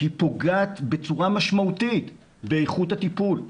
פוגעת בצורה משמעותית באיכות הטיפול,